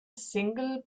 single